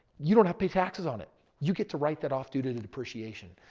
you don't have pay taxes on it. you get to write that off due to the depreciation.